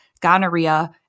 gonorrhea